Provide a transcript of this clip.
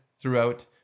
throughout